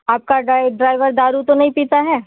आपका ड्रा ड्राईवर दारू तो नहीं पीता है